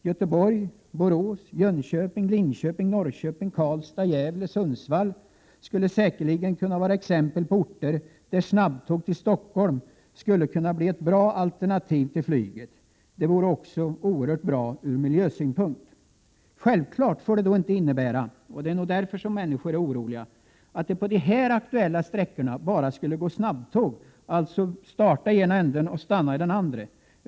Göteborg, Borås, Jönköping, Linköping, Norrköping, Karlstad, Gävle och Sundsvall är exempel på orter där snabbtåg till Stockholm säkerligen kunde vara ett bra alternativ till flyget. Det vore oerhört bra ur miljösynpunkt. Självfallet får detta inte innebära att — det är nog därför människor är oroliga — det på de aktuella sträckorna bara skulle gå snabbtåg som startade vid ena ändstationen och stannade vid den andra.